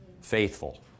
faithful